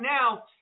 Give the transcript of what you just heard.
now